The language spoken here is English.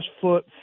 foot